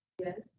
Yes